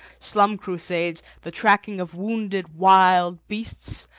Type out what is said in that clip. slum crusades, the tracking of wounded wild beasts,